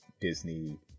Disney